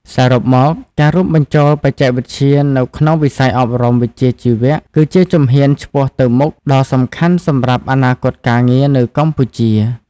សរុបមក ការរួមបញ្ចូលបច្ចេកវិទ្យានៅក្នុងវិស័យអប់រំវិជ្ជាជីវៈគឺជាជំហានឆ្ពោះទៅមុខដ៏សំខាន់សម្រាប់អនាគតការងារនៅកម្ពុជា។